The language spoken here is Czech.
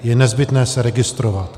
Je nezbytné se registrovat.